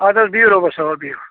اَدٕ حظ بِہِیُو رۄبَس سوال بِہِیُو